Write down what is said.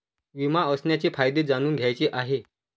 विमा असण्याचे फायदे जाणून घ्यायचे आहे